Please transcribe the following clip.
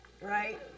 right